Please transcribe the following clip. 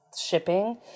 shipping